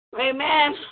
Amen